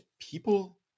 people